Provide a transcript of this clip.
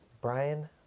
Brian